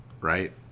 right